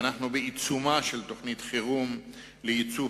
ואנחנו בעיצומה של תוכנית חירום לייצוב